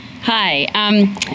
Hi